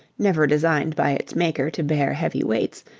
never designed by its maker to bear heavy weights,